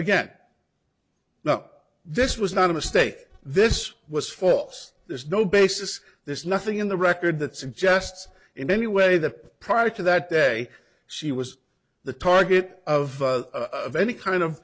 again no this was not a mistake this was false there's no basis there's nothing in the record that suggests in any way that prior to that day she was the target of of any kind of